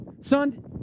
Son